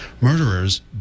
Murderers